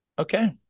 Okay